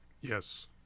Yes